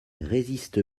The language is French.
résiste